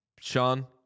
Sean